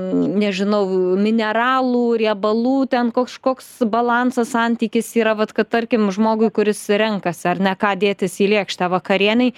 nežinau mineralų riebalų ten kažkoks balansas santykis yra vat kad tarkim žmogui kuris renkasi ar ne ką dėtis į lėkštę vakarienei